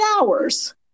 hours